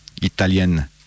italienne